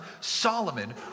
Solomon